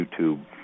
YouTube